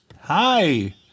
hi